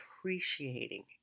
appreciating